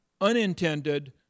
unintended